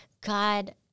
God